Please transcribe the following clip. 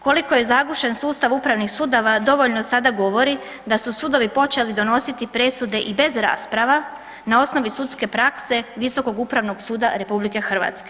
Koliko je zagušen sustav upravnih sudova dovoljno sada govori da su sudovi počeli donositi presude i bez rasprava na osnovi sudske prakse Visokog upravnog suda RH.